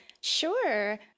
Sure